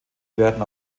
werden